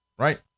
Right